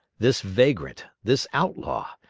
this vagrant, this outlaw,